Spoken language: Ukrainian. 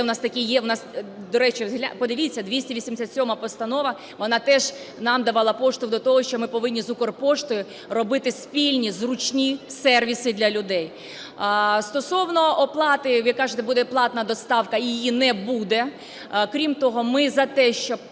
у нас таке є. До речі, подивіться, 287 Постанова, вона теж нам давала поштовх до того, що ми повинні з Укрпоштою робити спільні зручні сервіси для людей. Стосовно оплати. Ви кажете, буде платна доставка. Її не буде. Крім того, ми за те, щоб